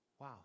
Wow